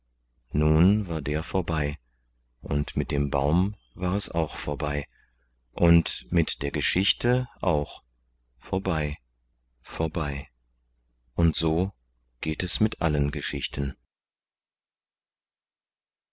nun war der vorbei und mit dem baum war es auch vorbei und mit der geschichte auch vorbei vorbei und so geht es mit allen geschichten